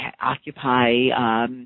occupy